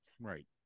right